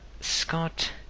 Scott